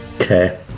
Okay